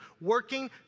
working